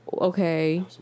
Okay